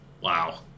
Wow